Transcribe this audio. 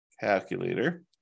Calculator